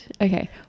Okay